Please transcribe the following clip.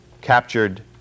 captured